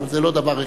אבל זה לא דבר הכרחי.